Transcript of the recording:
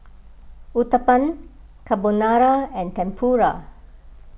Uthapam Carbonara and Tempura